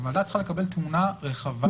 הוועדה צריכה לקבל תמונה רחבה.